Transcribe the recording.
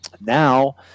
Now